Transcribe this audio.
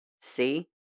See